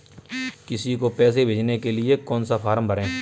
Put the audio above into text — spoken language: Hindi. किसी को पैसे भेजने के लिए कौन सा फॉर्म भरें?